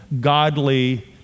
godly